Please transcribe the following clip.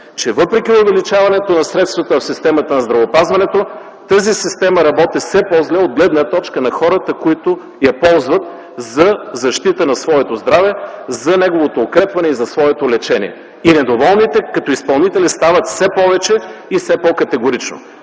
че въпреки увеличаването на средствата в системата на здравеопазването, тази система работи все по-зле от гледна точка на хората, които я ползват за защита на своето здраве, за неговото укрепване и за своето лечение. И недоволните, като изпълнители, стават все повече и все по-категорично.